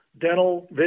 dental